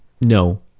No